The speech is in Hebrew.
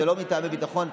זה לא מטעמי ביטחון,